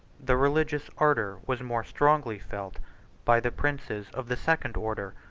the religious ardor was more strongly felt by the princes of the second order,